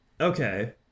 okay